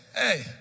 hey